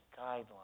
guidelines